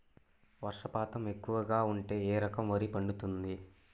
వర్షపాతం ఎక్కువగా ఉంటే ఏ రకం వరి పండుతుంది?